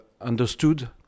understood